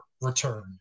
return